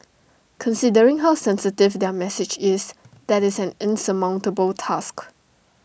considering how sensitive their message is that is an insurmountable task